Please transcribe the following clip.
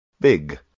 Big